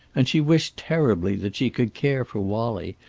and she wished terribly that she could care for wallie,